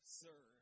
sir